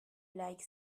like